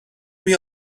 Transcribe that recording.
روی